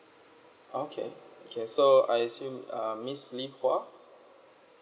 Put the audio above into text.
okay okay so I assume uh miss li hua